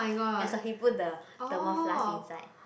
ya so he put the thermos flask inside